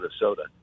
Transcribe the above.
Minnesota